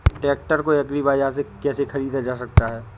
Tractor को agri बाजार से कैसे ख़रीदा जा सकता हैं?